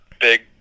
big